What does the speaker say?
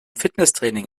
fitnesstraining